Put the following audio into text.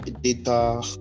Data